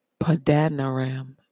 Padanaram